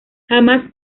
jamás